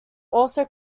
also